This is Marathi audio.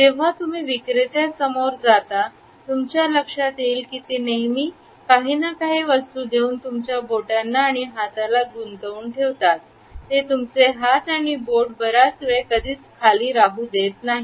जेव्हा तुम्ही विक्रेत्या समोर जाता तुमच्या लक्षात येईल की ते नेहमी मी काही ना काही वस्तू देऊन तुमच्या बोटांना आणि हाताला गुंतवून ठेवतात ते तुमचे हात आणि बोट बराच वेळ कधीच खाली राहू देत नाही